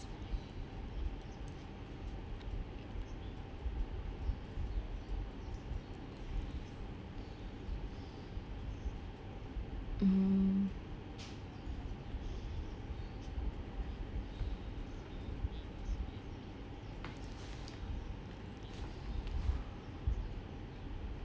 mmhmm